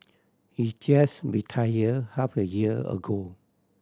he just retired half a year ago